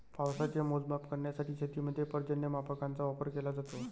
पावसाचे मोजमाप करण्यासाठी शेतीमध्ये पर्जन्यमापकांचा वापर केला जातो